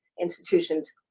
institutions